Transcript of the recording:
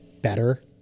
better